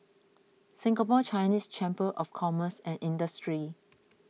Singapore Chinese Chamber of Commerce and Industry